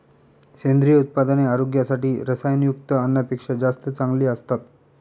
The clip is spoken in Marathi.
सेंद्रिय उत्पादने आरोग्यासाठी रसायनयुक्त अन्नापेक्षा जास्त चांगली असतात